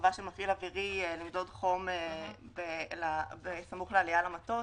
החובה שמפעיל אווירי ימדוד חום בסמוך לעלייה במטוס,